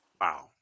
Wow